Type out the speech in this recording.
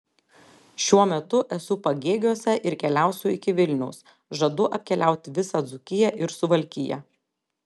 šiuo metu esu pagėgiuose ir keliausiu iki vilniaus žadu apkeliauti visą dzūkiją ir suvalkiją